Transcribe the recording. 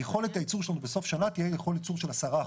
יכולת הייצור שלנו בסוף שנה תהיה יכולת ייצור של 10%,